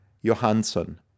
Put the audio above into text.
Johansson